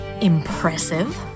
impressive